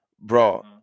bro